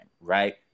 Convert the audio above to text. right